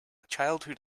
childhood